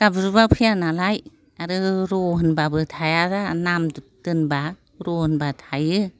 गाबज्रिबा फैयानालाय आरो र' होनबाबो थायाबा नाम दोनबा र' होनबा थायो